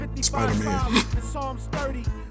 Spider-Man